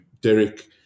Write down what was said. Derek